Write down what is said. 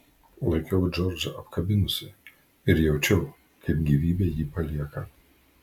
laikiau džordžą apkabinusi ir jaučiau kaip gyvybė jį palieka